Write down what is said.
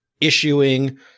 issuing